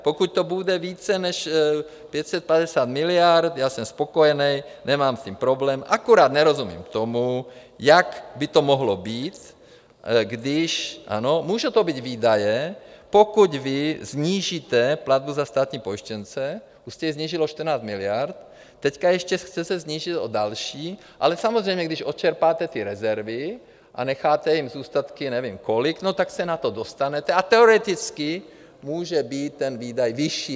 Pokud to bude více než 550 miliard, já jsem spokojený, nemám s tím problém, akorát nerozumím tomu, jak by to mohlo být, když ano, můžou to být výdaje, pokud vy snížíte platbu za státní pojištěnce, už jste ji snížili o 14 miliard, teď ještě chcete snížit o další, ale samozřejmě když odčerpáte ty rezervy a necháte jim zůstatky nevím kolik, no tak se na to dostanete a teoreticky může být ten výdaj vyšší.